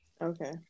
Okay